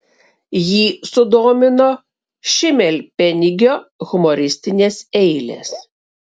jį sudomino šimelpenigio humoristinės eilės